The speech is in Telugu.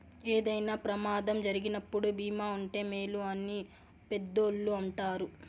ఏదైనా ప్రమాదం జరిగినప్పుడు భీమా ఉంటే మేలు అని పెద్దోళ్ళు అంటారు